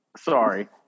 sorry